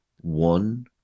one